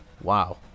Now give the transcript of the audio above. wow